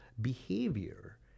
behavior